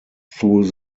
through